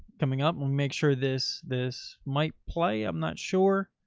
coming up. we'll make sure this, this might play. i'm not sure.